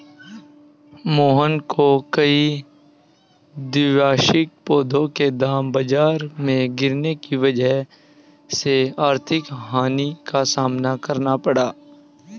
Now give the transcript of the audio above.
मोहन को कई द्विवार्षिक पौधों के दाम बाजार में गिरने की वजह से आर्थिक हानि का सामना करना पड़ा